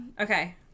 Okay